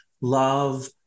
Love